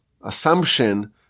assumption